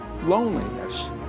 loneliness